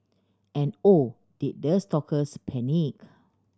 and oh did the stalkers panic